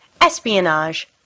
espionage